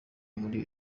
muri